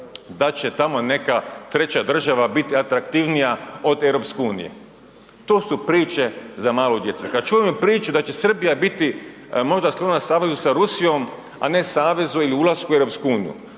da će tamo neka treća država biti atraktivnija od EU. To su priče za malu djecu. Kada čujem priču da će Srbija biti možda sklona savezu sa Rusijom, a savezu ili ulasku u EU, to su priče